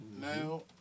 Now